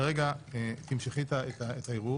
כרגע תמשכי את הערעור.